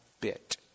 bit